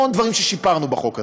המון דברים ששיפרנו בחוק הזה.